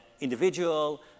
individual